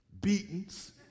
beatings